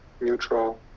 neutral